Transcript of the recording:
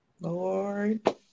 Lord